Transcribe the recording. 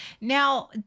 now